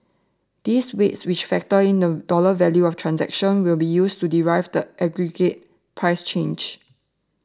these weights which factor in the dollar value of transactions will be used to derive the aggregate price change